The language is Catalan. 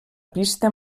pista